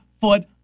foot